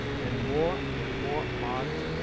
and more and more marked,